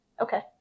Okay